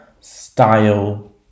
style